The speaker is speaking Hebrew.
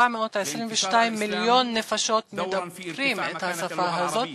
422 מיליון נפשות דוברות את השפה הזאת.